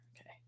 okay